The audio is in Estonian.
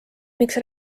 miks